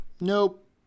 Nope